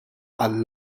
għal